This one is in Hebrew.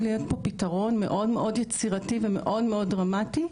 להיות פתרון מאוד מאוד יצירתי ומאוד מאוד דרמטי.